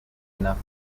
enough